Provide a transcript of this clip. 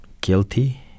guilty